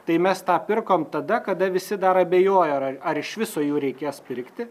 tai mes tą pirkom tada kada visi dar abejojo ar ar ar iš viso jų reikės pirkti